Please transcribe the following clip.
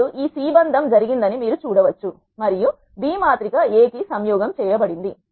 ఇప్పుడు ఈ C బంధం జరిగిందని మీరు చూడవచ్చు మరియు B మాత్రిక A కి సంయోగం చేయబడింది